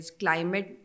climate